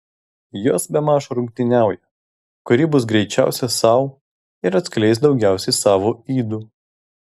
jos bemaž rungtyniauja kuri bus griežčiausia sau ir atskleis daugiausiai savo ydų